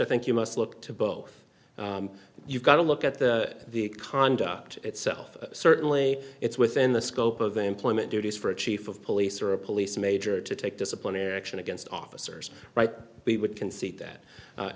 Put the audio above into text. i think you must look to both you've got to look at the the conduct itself certainly it's within the scope of employment duties for a chief of police or a police major to take disciplinary action against officers right we would concede that